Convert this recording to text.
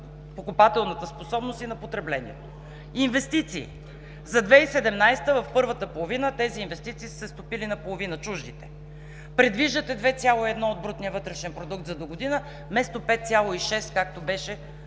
покупателната способност и на потреблението. Инвестиции – за 2017 г., в първата половина тези инвестиции са се стопили наполовина, чуждите. Предвиждате 2,1 от брутния вътрешен продукт за догодина вместо 5,6, както беше, да